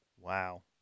Wow